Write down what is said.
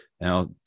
Now